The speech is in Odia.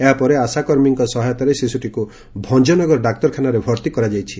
ଏହା ପରେ ଆଶାକର୍ମୀଙ୍କ ସହାୟତାରେ ଶିଶୁଟିକୁ ଭଞ୍ଞନଗର ଡାକ୍ତରଖାନାରେ ଭର୍ତି କରାଯାଇଛି